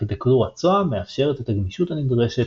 ארכיטקטורת SOA מאפשרת את הגמישות הנדרשת